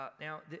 Now